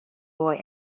boy